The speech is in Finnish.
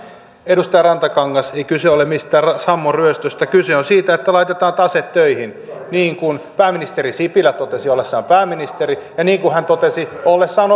edustaja rantakangas ei kyse ole mistään sammon ryöstöstä vaan kyse on siitä että laitetaan tase töihin niin kuin pääministeri sipilä totesi ollessaan pääministeri ja niin kuin hän totesi ollessaan